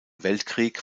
weltkrieg